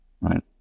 Right